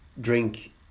drink